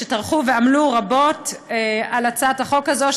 שטרחו ועמלו רבות על הצעת החוק הזאת,